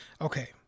Okay